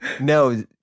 no